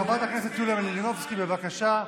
חברת הכנסת יוליה מלינובסקי, בבקשה.